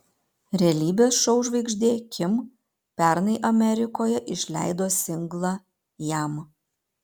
realybės šou žvaigždė kim pernai amerikoje išleido singlą jam